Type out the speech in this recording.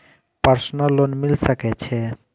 Personal loan मिल सके छे?